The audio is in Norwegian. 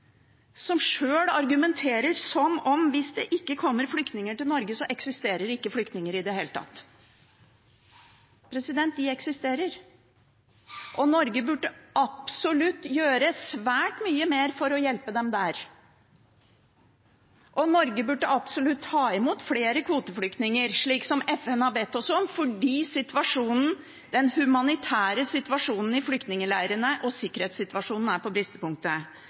som sjøl argumenterer som om hvis det ikke kommer flyktninger til Norge, så eksisterer det ikke flyktninger i det hele tatt. De eksisterer. Norge burde absolutt gjøre svært mye mer for å hjelpe dem der, og Norge burde absolutt ta imot flere kvoteflyktninger, slik som FN har bedt oss om, fordi den humanitære situasjonen i flyktningleirene og sikkerhetssituasjonen er på bristepunktet.